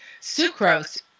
sucrose